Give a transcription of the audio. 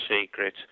secret